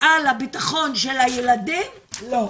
על ביטחון הילדים לא.